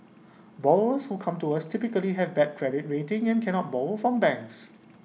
borrowers who come to us typically have bad credit rating and cannot borrow from banks